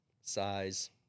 size